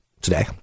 today